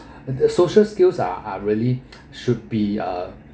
the social skills are uh really should be uh